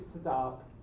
stop